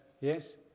Yes